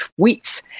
tweets